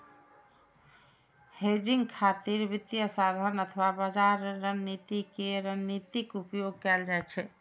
hedging खातिर वित्तीय साधन अथवा बाजार रणनीति के रणनीतिक उपयोग कैल जाइ छै